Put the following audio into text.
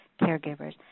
caregivers